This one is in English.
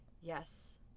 Yes